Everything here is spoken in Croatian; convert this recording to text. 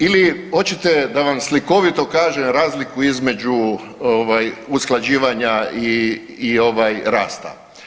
Ili, hoćete da vam slikovito kažem razliku između usklađivanja i rasta.